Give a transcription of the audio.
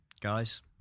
Guys